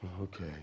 Okay